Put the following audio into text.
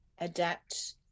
adapt